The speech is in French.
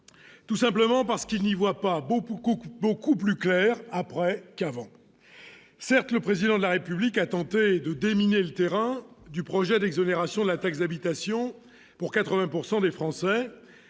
tout simplement parce qu'il n'y voient pas beaucoup, beaucoup, beaucoup plus claire après qu'avant, certes, le président de la République a tenté de 2 miné le terrain du projet d'exonération de la taxe d'habitation pour 80 pourcent des Français